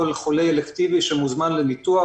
חולה אלקטיבי שמוזמן לניתוח,